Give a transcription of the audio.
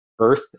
Earth